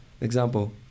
Example